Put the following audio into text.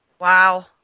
Wow